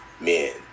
men